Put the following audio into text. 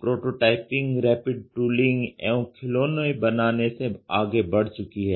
prototyping rapid tooling एवं खिलौने बनाने से आगे बढ़ चुकी है